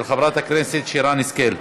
של חברת הכנסת שרן השכל.